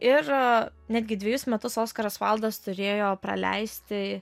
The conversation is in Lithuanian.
ir netgi dvejus metus oskaras vaildas turėjo praleisti